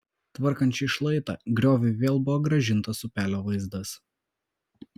tvarkant šį šlaitą grioviui vėl buvo grąžintas upelio vaizdas